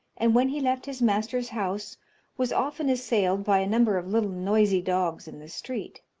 and when he left his master's house was often assailed by a number of little noisy dogs in the street.